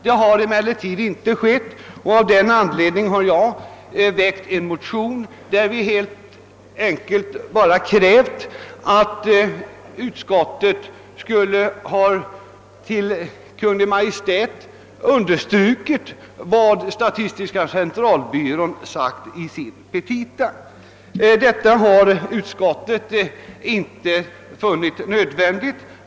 Det har han emellertid inte gjort, och av den anledningen har jag tillsammans med några kammarkolleger väckt en motion vari vi hemställt att riksdagen i skrivelse till Kungl. Maj:t skulle ge till känna vad statistiska centralbyrån anfört i sina petita. Utskottet har inte tillstyrkt motionen.